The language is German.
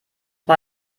mal